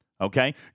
Okay